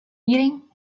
eating